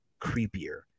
creepier